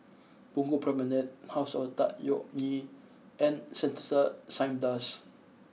Punggol Promenade House of Tan Yeok Nee and Sentosa Cineblast